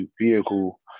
vehicle